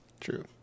true